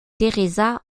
teresa